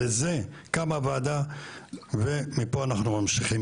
לזה קמה הוועדה ומפה אנחנו ממשיכים.